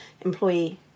employee